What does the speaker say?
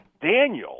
Daniel